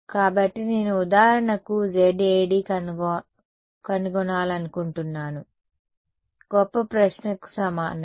కాబట్టి నేను ఉదాహరణకు ZAd కనుగొనాలనుకుంటున్నాను గొప్ప ప్రశ్న కు సమానం